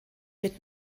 mit